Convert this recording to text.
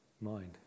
mind